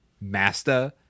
master